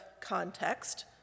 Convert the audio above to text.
context